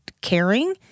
caring